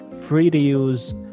free-to-use